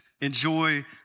Enjoy